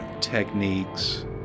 techniques